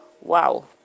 Wow